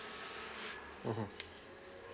mmhmm